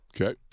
Okay